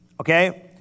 Okay